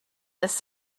this